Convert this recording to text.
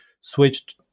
switched